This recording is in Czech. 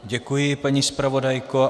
Děkuji, paní zpravodajko.